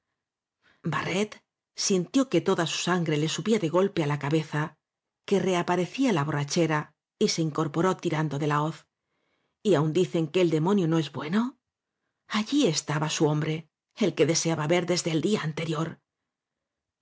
barret sintió que toda su sangre le subía de golpe á la cabeza que reaparecía la borra chera y se incorporó tirando de la hoz y aún dicen que el demonio no es bueno llí estaba su hombre el que deseaba ver desde el día anterior